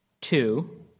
two